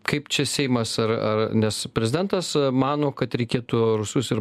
kaip čia seimas ar ar nes prezidentas mano kad reikėtų rusus ir